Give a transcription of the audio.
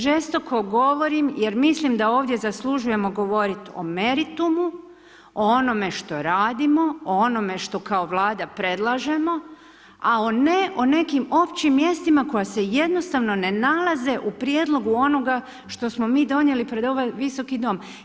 Žestoko govorim jer mislim da ovdje zaslužujemo govoriti o meritumu, o onome što radimo, o onome što kalo Vlada predlažemo a ne o nekim općim mjestima koja se jednostavno ne nalaze u prijedlogu onoga što smo mi donijeli pred ovaj visoki dom.